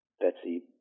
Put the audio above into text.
Betsy